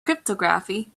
cryptography